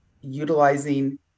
utilizing